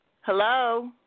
Hello